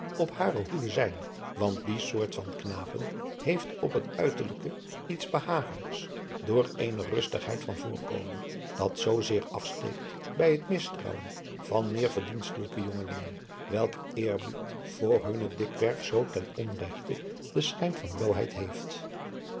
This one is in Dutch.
op hare hoede zijn want die soort van knapen heeft op het uiterlijke iets behagelijks door eene rustigheid van voorkomen dat zoozeer afsteekt bij het mistrouwen van meer verdienstelijke jongelingen welker eerbied voor onze kunne dikwerf zoo ten onregte den schijn van bloôheid heeft